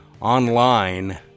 online